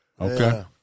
Okay